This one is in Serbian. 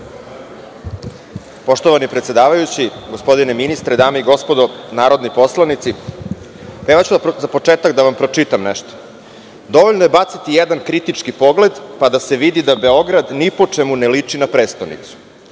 Poštovani predsedavajući, gospodine ministre, dame i gospodo narodni poslanici, za početak ću vam pročitati nešto: „Dovoljno je baciti jedan kritički pogled, pa da se vidi da Beograd ni po čemu ne liči na prestonicu.